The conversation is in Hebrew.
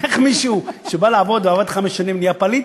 איך מישהו שבא לעבוד ועבד חמש שנים נהיה פליט,